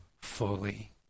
fully